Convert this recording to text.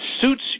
suits